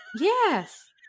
Yes